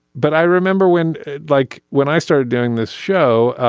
but i remember when like when i started doing this show,